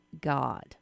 God